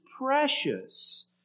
precious